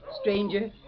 Stranger